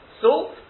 salt